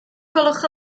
gwelwch